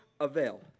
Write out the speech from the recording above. avail